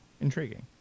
Intriguing